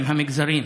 "המגזרים",